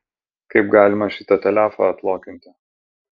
kaip galima šitą telefą atlokinti